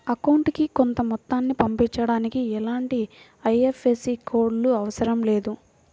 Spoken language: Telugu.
అకౌంటుకి కొంత మొత్తాన్ని పంపించడానికి ఎలాంటి ఐఎఫ్ఎస్సి కోడ్ లు అవసరం లేదు